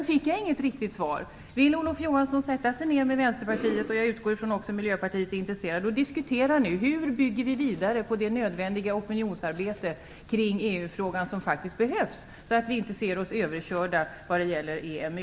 Jag fick vidare inget riktigt svar på frågan om Olof Johansson nu vill sätta sig ned med Vänsterpartiet - jag utgår från att också Miljöpartiet är intresserat - och diskutera hur vi bygger vidare på det opinionsarbete kring EU-frågan som faktiskt behövs för att vi inte skall bli överkörda vad gäller EMU.